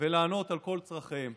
ולענות על כל צרכיהם.